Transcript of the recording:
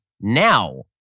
now